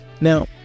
Now